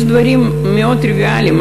יש דברים מאוד טריוויאליים,